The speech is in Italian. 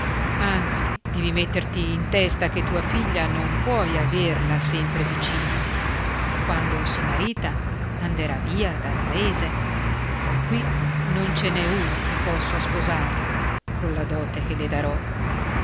anzi devi metterti in testa che tua figlia non puoi averla sempre vicina quando si marita anderà via dal paese qui non ce n'è uno che possa sposarla colla dote che le darò